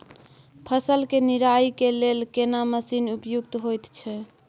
फसल के निराई के लेल केना मसीन उपयुक्त होयत छै?